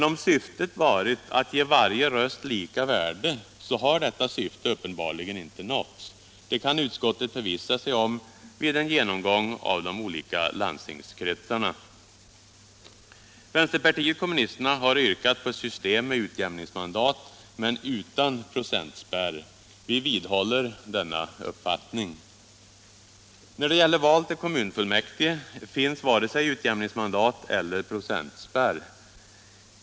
Om syftet varit att ge varje röst lika värde, så har dock detta syfte uppenbarligen inte nåtts. Det kan utskottet förvissa sig om vid en genomgång av de olika landstingskretsarna. Vänsterpartiet kommunisterna har yrkat på ett system med utjämningsmandat, men utan procentspärr. Vi vidhåller denna uppfattning. När det gäller val till kommunfullmäktige finns varken utjämningsmandat eller procentspärr.